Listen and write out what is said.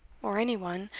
or any one,